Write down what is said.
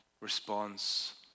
response